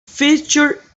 featured